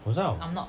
我知道